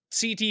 CT